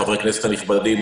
חברי הכנסת הנכבדים,